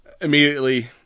immediately